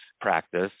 practice